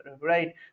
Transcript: right